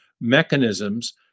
mechanisms